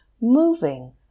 moving